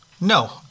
No